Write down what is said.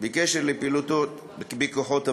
בקשר לפעילותו בכוחות הביטחון.